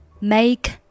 Make